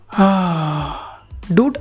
Dude